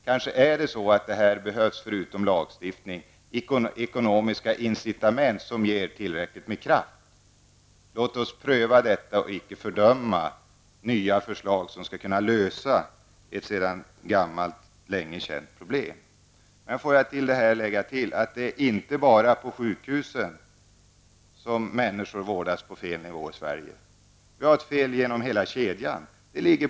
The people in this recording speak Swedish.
Kanske behövs det här förutom lagstiftning ekonomiska incitament som ger tillräckligt med kraft. Låt oss pröva detta och icke fördöma nya förslag som skall kunna lösa ett sedan länge känt problem. Låt mig till detta tillägga att det inte bara är på sjukhusen som det vårdas människor på fel nivå i Sverige. Det är fel genom hela kedjan.